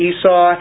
Esau